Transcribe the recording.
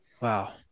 Wow